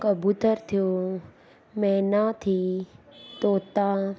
कबूतर थियो मैना थी तोता